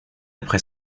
après